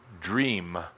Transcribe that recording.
dream